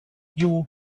you